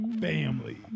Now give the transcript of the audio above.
Family